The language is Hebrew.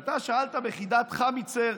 אתה שאלת ביחידת חמיצר: